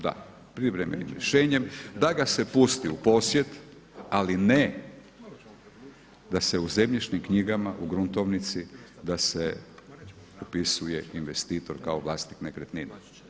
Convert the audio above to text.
Da, privremenim rješenjem, da ga se pusti u posjet ali ne da se u zemljišnim knjigama, u gruntovnici da se upisuje investitor kao vlasnik nekretnine.